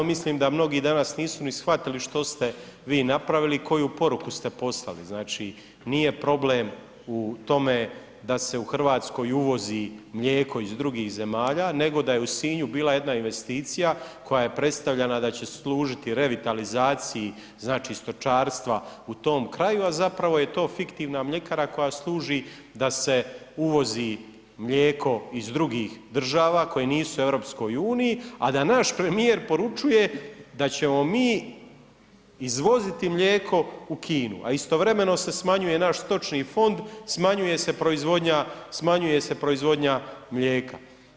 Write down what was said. Mislim da mnogi danas nisu ni shvatili što ste vi napravili i koju poruku ste poslali, znači nije problem u tome da se u Hrvatskoj uvozi mlijeko iz drugih zemalja nego da je u Sinju bila jedna investicija koja je predstavljana da će služiti revitalizaciji znači stočarstva u tom kraju a zapravo je to fiktivna mljekara koja služi da se uvozi mlijeko iz drugih država koje nisu u EU a da naš premijer poručuje da ćemo mi izvoziti mlijeko u Kinu a istovremeno se smanjuje naš stočni fond, smanjuje se proizvodnja, smanjuje se proizvodnja mlijeka.